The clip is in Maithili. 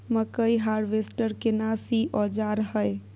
मकई हारवेस्टर केना सी औजार हय?